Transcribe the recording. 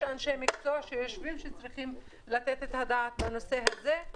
יש אנשי מקצוע שיושבים והם צריכים לתת את הדעת בנושא הזה.